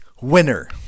winner